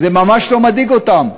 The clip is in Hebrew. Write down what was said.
זה ממש לא מדאיג אותם,